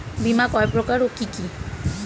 বীমা কয় প্রকার কি কি?